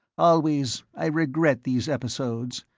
always, i regret these episodes.